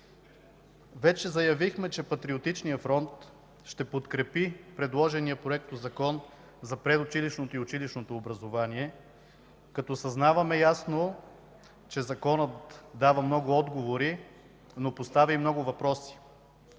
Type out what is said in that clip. Вече заявихме, че Патриотичният фронт ще подкрепи предложения Законопроект за предучилищното и училищното образование, като съзнаваме ясно, че Законът дава много отговори, но поставя и много въпроси.